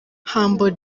humble